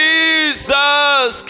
Jesus